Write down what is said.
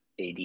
AD